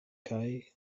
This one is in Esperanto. kaj